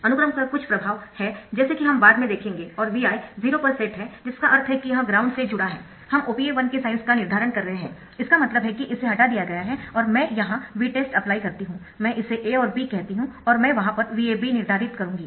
अनुक्रम का कुछ प्रभाव है जैसा कि हम बाद में देखेंगे और Vi 0 पर सेट है जिसका अर्थ है कि यह ग्राउंड से जुड़ा है हम OPA 1 के साइन्स का निर्धारण कर रहे है इसका मतलब है कि इसे हटा दिया गया है और मैं यहां Vtest अप्लाई करती हूं मैं इसे A और B कहती हूं और मैं वहां पर VAB निर्धारित करूंगी